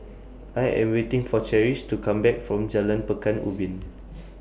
I Am waiting For Cherish to Come Back from Jalan Pekan Ubin